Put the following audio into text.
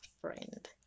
friend